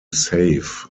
safe